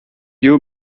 you